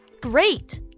Great